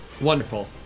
Wonderful